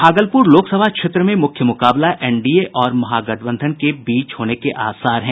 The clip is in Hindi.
भागलपुर लोकसभा क्षेत्र में मुख्य मुकाबला एनडीए और महागठबंधन के बीच होने के आसार हैं